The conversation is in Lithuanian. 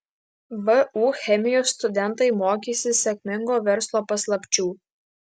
vu chemijos studentai mokysis sėkmingo verslo paslapčių